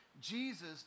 Jesus